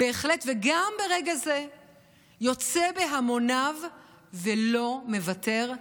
וגם ברגע זה יוצא בהמוניו ולא מוותר.